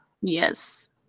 Yes